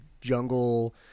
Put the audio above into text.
jungle